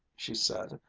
she said,